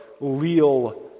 leal